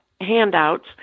handouts